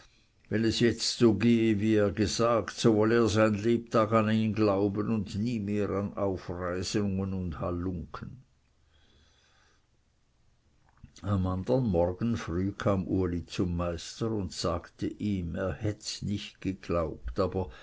wenn es jetzt so gehe wie er gesagt habe so wolle er sein lebtag an ihn glauben und nie mehr an aufweisungen und halunken am andern morgen früh kam uli zum meister und sagte ihm er hätts nicht geglaubt aber